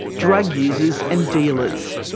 drug users and dealers.